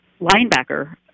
linebacker